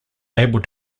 able